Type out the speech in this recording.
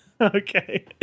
Okay